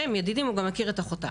הם ידידים, הוא גם מכיר את אחותה.